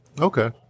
Okay